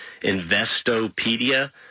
Investopedia